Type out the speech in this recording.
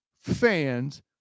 fans